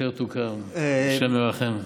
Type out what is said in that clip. כאשר תוקם, השם ירחם.